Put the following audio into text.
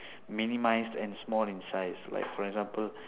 minimised and small in size like for example